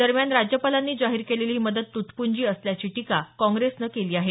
दरम्यान राज्यपालांनी जाहीर केलेली ही मदत तुटपुंजी असल्याची टीका काँग्रेसनं केली आहे